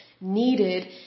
needed